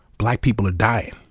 black people are dying.